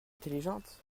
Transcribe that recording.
intelligente